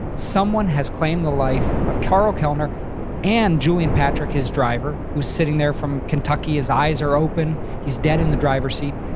someone has claimed the life of karl kellner and julian patrick, his driver who's sitting there from kentucky. his eyes are open. he's dead in the driver's seat.